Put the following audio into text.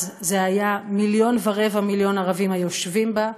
אז זה היה, "1.25 מיליון ערבים היושבים בה,